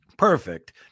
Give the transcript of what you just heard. Perfect